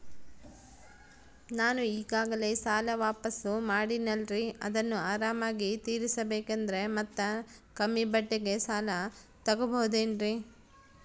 ನಾನು ಈಗಾಗಲೇ ಸಾಲ ವಾಪಾಸ್ಸು ಮಾಡಿನಲ್ರಿ ಅದನ್ನು ಆರಾಮಾಗಿ ತೇರಿಸಬೇಕಂದರೆ ಮತ್ತ ಕಮ್ಮಿ ಬಡ್ಡಿಗೆ ಸಾಲ ತಗೋಬಹುದೇನ್ರಿ?